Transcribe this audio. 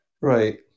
Right